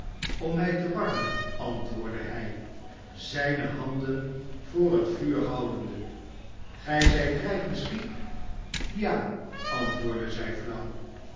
om mij te warmen antwoordde hij zijne handen voor het vuur houdende gij zijt rijk misschien ja antwoordde zij flauw